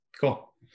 Cool